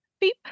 beep